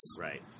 Right